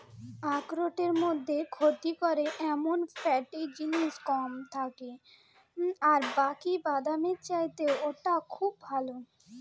আখরোটের মধ্যে ক্ষতি করে এমন ফ্যাট জিনিস কম থাকে আর বাকি বাদামের চাইতে ওটা খুব ভালো